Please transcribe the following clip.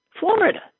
Florida